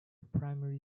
primary